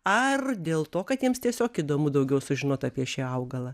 ar dėl to kad jiems tiesiog įdomu daugiau sužinot apie šį augalą